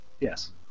Yes